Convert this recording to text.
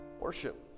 Worship